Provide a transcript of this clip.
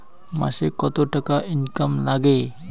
মাসে কত টাকা ইনকাম নাগে?